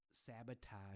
sabotage